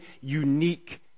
unique